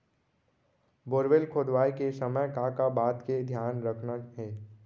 Borewell खोदवाए के समय का का बात के धियान रखना हे?